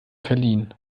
verliehen